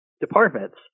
Departments